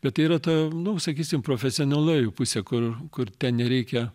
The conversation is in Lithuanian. bet yra ta nu sakysim profesionalioji pusė kur kur ten nereikia